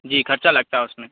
جی خرچ لگتا ہے اس میں